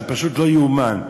זה פשוט לא יאומן.